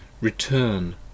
Return